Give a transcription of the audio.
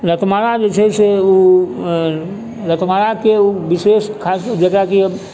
लतमारा जे छै से ओ लतमाराके ओ विशेष खासियत जकरा कि